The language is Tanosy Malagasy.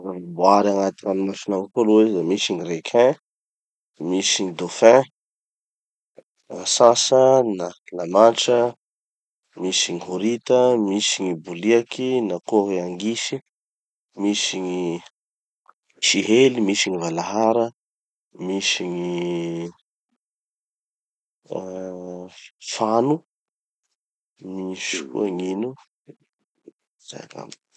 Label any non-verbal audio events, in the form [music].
Zavaboary agnaty ranomasina avao koa aloha izy da misy gny requins, misy gny dauphins, atsantsa na lamantra, misy gny horita, misy gny boliaky na koa hoe angisy, misy gny sihely, misy gny valahara, misy gny ah fano, gny [glitch]. Zay angamba.